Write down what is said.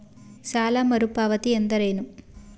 ಸಾಲ ಮರುಪಾವತಿ ಎಂದರೇನು?